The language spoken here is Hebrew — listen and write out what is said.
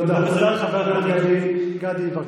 תודה לחבר הכנסת גדי יברקן.